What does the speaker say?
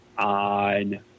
on